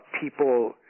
people